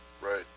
right